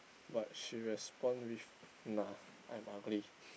but she respond with nah I'm ugly